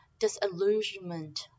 disillusionment